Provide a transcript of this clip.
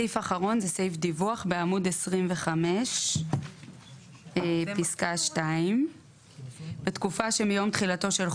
סעיף אחרון זה סעיף דיווח בעמוד 25 פסקה 2. תיקון חוק